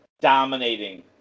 dominating